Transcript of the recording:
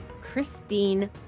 Christine